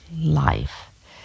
life